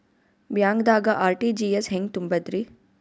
ಬ್ಯಾಂಕ್ದಾಗ ಆರ್.ಟಿ.ಜಿ.ಎಸ್ ಹೆಂಗ್ ತುಂಬಧ್ರಿ?